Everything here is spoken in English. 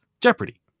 Jeopardy